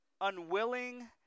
unwilling